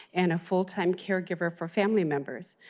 and a full-time caregiver for family members.